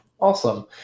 awesome